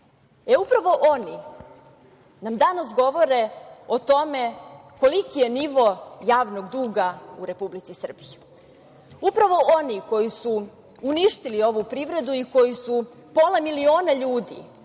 e upravo oni nam danas govore o tome koliki je nivo javnog duga u Republici Srbiji. Upravo oni koji su uništili ovu privredu i koji su pola miliona ljudi